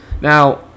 Now